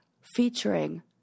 featuring